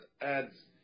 adds